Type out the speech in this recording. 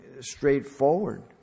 straightforward